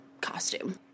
costume